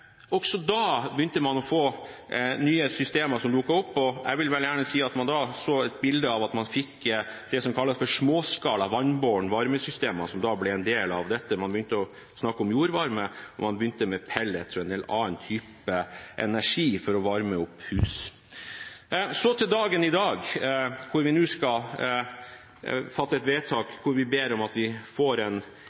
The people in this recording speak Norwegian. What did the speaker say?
Også da begynte man å få nye systemer som dukket opp, og jeg vil vel si at man da så et bilde av at man fikk det som kalles småskala vannbårne varmesystemer, som ble en del av dette. Man begynte å snakke om jordvarme, og man begynte med pellets og en del andre typer energi for å varme opp hus. Så til dagen i dag, hvor vi nå skal fatte et vedtak hvor vi ber om at vi får en